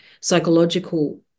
psychological